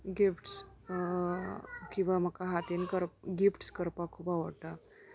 gifts किंवां म्हाका हातीन कर गिफ्ट्स करपाक खूब आवडटा